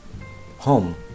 home